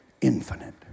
infinite